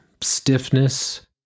stiffness